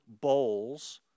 bowls